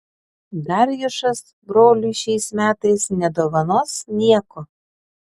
darjušas broliui šiais metais nedovanos nieko